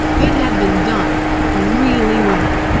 it had been done really well,